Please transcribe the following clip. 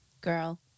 girl